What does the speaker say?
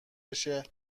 بشه